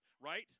right